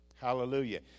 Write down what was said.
Hallelujah